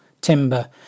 timber